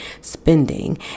spending